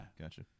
gotcha